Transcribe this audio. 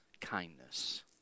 kindness